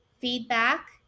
feedback